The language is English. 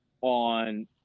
on